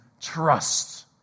trust